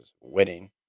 winning